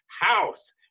house